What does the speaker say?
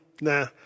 nah